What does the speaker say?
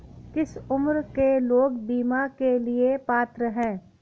किस उम्र के लोग बीमा के लिए पात्र हैं?